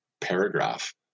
paragraph